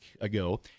ago